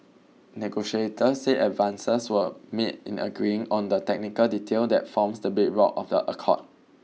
negotiators said advances were made in agreeing on the technical detail that forms the bedrock of the accord